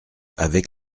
avec